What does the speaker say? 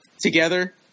together